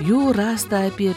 jų rasta apie